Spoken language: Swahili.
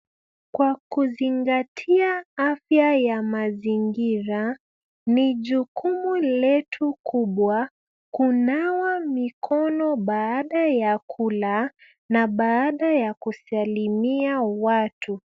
Kwa kuzingatia afya ya mazingira, ni jukumu letu kubwa kunawa mikono baada ya kula, na baada ya kusalimia watu.